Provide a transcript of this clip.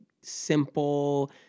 simple